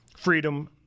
Freedom